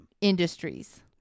industries